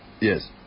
Yes